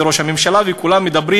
וראש הממשלה וכולם מדברים,